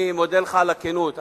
אני מודה לך על הכנות.